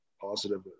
positive